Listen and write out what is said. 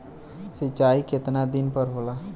सिंचाई केतना दिन पर होला?